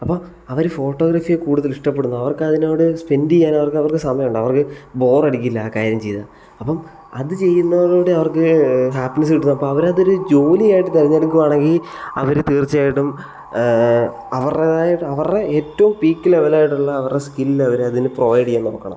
അപ്പോൾ അവർ ഫോട്ടോഗ്രഫിയെ കൂടുതൽ ഇഷ്ടപ്പെടുന്നു അവർക്ക് അതിനോട് സ്പെൻഡ് ചെയ്യാൻ അവർക്ക് അവർക്ക് സമയമുണ്ട് അവർക്ക് ബോറടിക്കില്ല ആ കാര്യം ചെയ്താൽ അപ്പം അത് ചെയ്യുന്നതിലൂടെ അവർക്ക് ഹാപ്പിനസ് കിട്ടുന്നത് അപ്പം അവരത് ഒരു ജോലി ആയിട്ട് തിരഞ്ഞെടുക്കുകയാണെങ്കിൽ അവർ തീർച്ചയായിട്ടും അവരുടെതായ അവരുടെ ഏറ്റവും പീക്ക് ലെവലായിട്ടുള്ള അവരുടെ സ്കില്ല് അതിൽ പ്രൊവൈഡ് ചെയ്യാൻ നോക്കണം